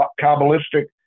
Kabbalistic